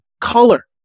Color